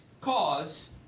cause